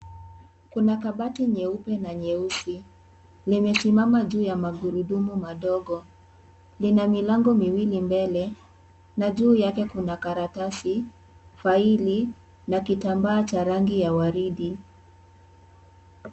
Kuna kabati nyeupe na nyeusi, limesimama juu ya magurudumu madogo. Lina milango miwili mbele na juu yake kuna karatasi, faili na kitambaa cha rangi ya waridi.